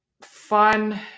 fun